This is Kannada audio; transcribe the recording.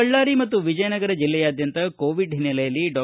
ಬಳ್ಳಾರಿ ಮತ್ತು ವಿಜಯನಗರ ಜಿಲ್ಲಾದ್ಯಂತ ಕೋವಿಡ್ ಹಿನ್ನಲೆಯಲ್ಲಿ ಡಾ